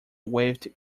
waved